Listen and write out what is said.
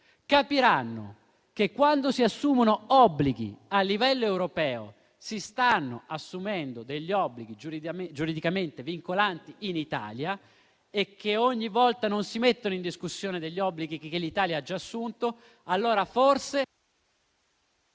capiranno che quando si assumono obblighi a livello europeo si stanno assumendo degli obblighi giuridicamente vincolanti in Italia e che non si mettono in discussione ogni volta degli obblighi che l'Italia ha già assunto, allora forse...